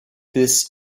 this